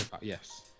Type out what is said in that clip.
Yes